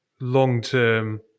long-term